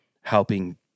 helping